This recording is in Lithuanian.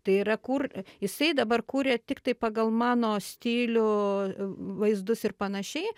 tai yra kur jisai dabar kuria tiktai pagal mano stilių vaizdus ir panašiai